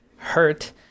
Hurt